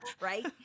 right